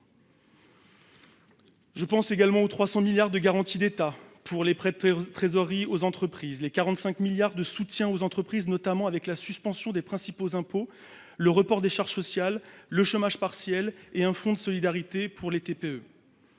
Je pense également aux 300 milliards d'euros de garanties d'État pour les prêts de trésorerie aux entreprises et aux 45 milliards d'euros de soutien aux entreprises, à travers notamment la suspension des principaux impôts, le report des charges sociales, le chômage partiel et un fonds de solidarité pour les TPE.